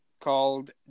called